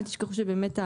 אל תשכחו שבאמת,